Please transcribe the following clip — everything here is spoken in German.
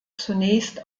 zunächst